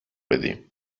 بدی